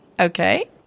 Okay